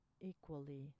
equally